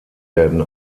werden